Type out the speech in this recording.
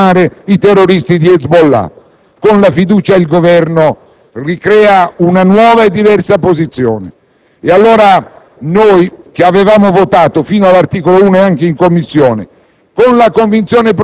dei nemici di Israele e delle voci di Hamas e di *hezbollah*, quando andremo a discutere della forza di interposizione in Libano, augurandoci che si arrivi presto ad un cessate il fuoco.